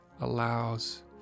allows